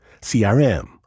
CRM